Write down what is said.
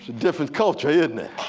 different culture yeah isn't it.